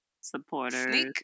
supporters